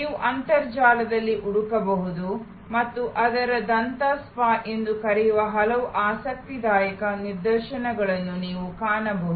ನೀವು ಅಂತರ್ಜಾಲದಲ್ಲಿ ಹುಡುಕಬಹುದು ಮತ್ತು ಅವರು ದಂತ ಸ್ಪಾ ಎಂದು ಕರೆಯುವ ಹಲವು ಆಸಕ್ತಿದಾಯಕ ನಿದರ್ಶನಗಳನ್ನು ನೀವು ಕಾಣಬಹುದು